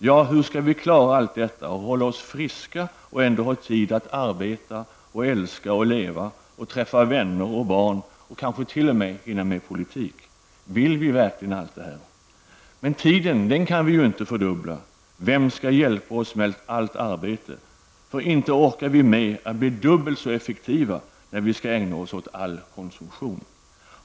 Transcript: Ja, hur skall vi klara allt detta och hålla oss friska och ändå ha tid att arbeta, älska, leva, träffa vänner och barn och kanske t.o.m. hinna med politik? Vill vi verkligen allt det här? Tiden kan vi dock inte fördubbla. Vem skall då hjälpa oss med allt arbete -- för inte orkar vi med att bli dubbelt så effektiva när vi skall ägna oss åt all konsumtion?